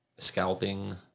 Scalping